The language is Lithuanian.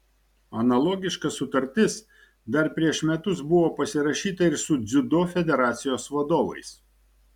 analogiška sutartis dar prieš metus buvo pasirašyta ir su dziudo federacijos vadovais